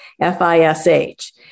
F-I-S-H